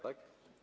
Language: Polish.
Tak?